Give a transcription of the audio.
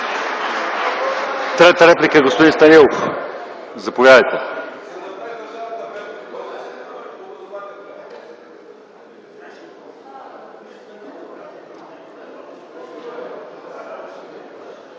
трета реплика – господин Станилов. Заповядайте.